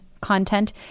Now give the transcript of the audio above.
content